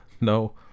No